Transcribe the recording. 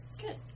Good